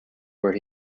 where